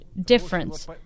difference